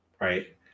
Right